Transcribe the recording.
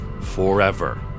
forever